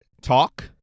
talk